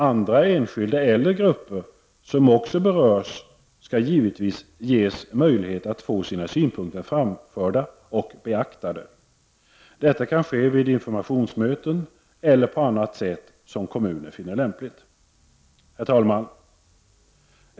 Andra enskilda eller grupper som också berörs skall givetvis ges möjlighet att få sina synpunkter framförda och beaktade. Detta kan ske vid informationsmöten eller på annat sätt som kommunen finner lämpligt. Herr talman!